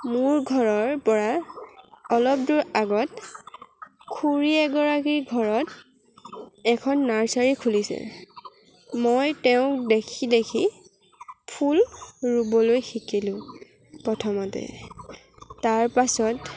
মোৰ ঘৰৰ পৰা অলপ দূৰ আগত খুৰী এগৰাকী ঘৰত এখন নাৰ্ছাৰী খুলিছে মই তেওঁক দেখি দেখি ফুল ৰুবলৈ শিকিলোঁ প্ৰথমতে তাৰ পাছত